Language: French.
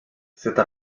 cette